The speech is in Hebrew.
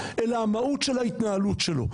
אלא המהות של ההתנהלות שלו.